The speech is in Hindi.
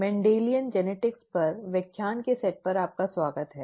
मेंडेलियन जेनेटिक्स पर व्याख्यान के सेट पर आपका स्वागत है